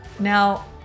Now